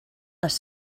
les